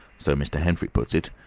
so mr. henfrey puts it,